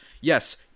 Yes